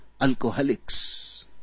alcoholics